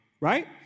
right